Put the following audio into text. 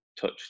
touch